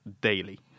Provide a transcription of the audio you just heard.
daily